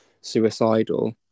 suicidal